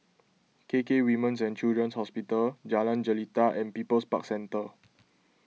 K K Women's and Children's Hospital Jalan Jelita and People's Park Centre